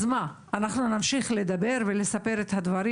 אז מה, אנחנו נמשיך לדבר ולספר את הדברים?